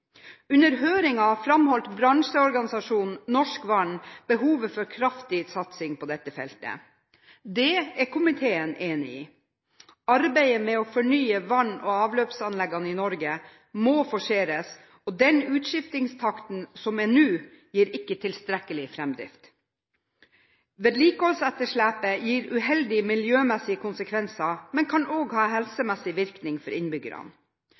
Under høringen framholdt bransjeorganisasjonen Norsk Vann behovet for kraftig satsing på dette feltet. Dette er komiteen enig i. Arbeidet med å fornye vann- og avløpsanleggene i Norge må forseres, og den utskiftingstakten som er nå, gir ikke tilstrekkelig framdrift. Vedlikeholdsetterslepet gir uheldige miljømessige konsekvenser, men kan også ha helsemessige virkninger for innbyggerne.